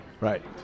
Right